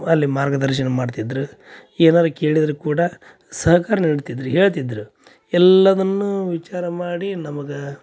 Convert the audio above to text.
ಅಲ್ಲಿ ಮಾರ್ಗದರ್ಶನ ಮಾಡ್ತಿದ್ದರು ಏನಾರೂ ಕೇಳಿದ್ರೆ ಕೂಡ ಸಹಕಾರ ನೀಡ್ತಿದ್ದರು ಹೇಳ್ತಿದ್ದರು ಎಲ್ಲವನ್ನು ವಿಚಾರ ಮಾಡಿ ನಮಗೆ